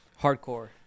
Hardcore